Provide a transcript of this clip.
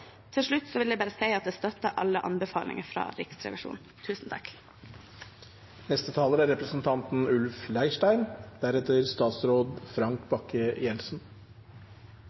Til slutt vil jeg bare si at jeg støtter alle anbefalingene fra Riksrevisjonen.